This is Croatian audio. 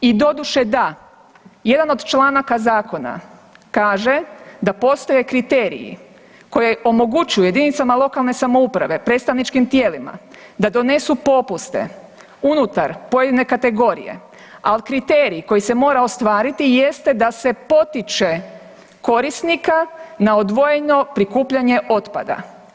I doduše da, jedan od članaka zakona kaže da postoje kriteriji koje omogućuje jedinicama lokalne samouprave, predstavničkim tijelima da donesu popuste unutar pojedine kategorije ali kriterij koji se mora ostvariti jeste da se potiče korisnika na odvojeno prikupljanje otpada.